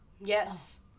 Yes